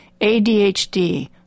ADHD